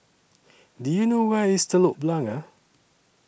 Do YOU know Where IS Telok Blangah